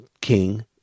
king